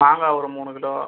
மாங்காய் ஒரு மூணு கிலோ